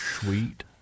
sweet